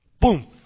Boom